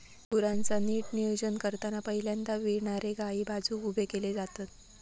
गुरांचा नीट नियोजन करताना पहिल्यांदा विणारे गायी बाजुक उभे केले जातत